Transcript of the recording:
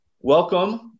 welcome